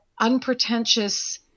unpretentious